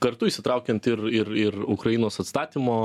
kartu įsitraukiant ir ir ir ukrainos atstatymo